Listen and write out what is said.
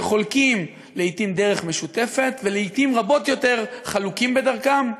שחולקים לעתים דרך משותפת ולעתים רבות יותר חלוקים בדרכם?